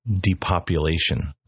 depopulation